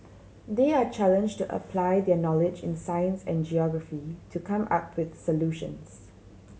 they are challenged to apply their knowledge in science and geography to come up with solutions